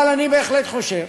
אבל אני בהחלט חושב